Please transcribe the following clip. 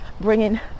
bringing